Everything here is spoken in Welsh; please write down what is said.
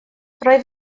roedd